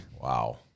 wow